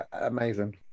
amazing